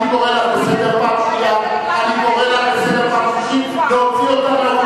הוא היה צריך לענות על השאילתא, זו שאילתא דחופה,